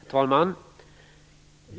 Herr talman!